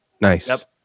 Nice